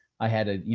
i had, ah you